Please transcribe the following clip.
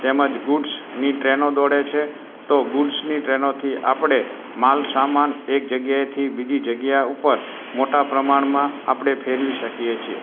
તેમજ ગુડ્સની ટ્રેનો દોડે છે તો ગુડ્સની ટ્રેનોથી આપણે માલ સામાન એક જગ્યાએથી બીજી જગ્યા ઉપર મોટા પ્રમાણમાં આપણે ફેરવી શકીએ છીએ